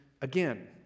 again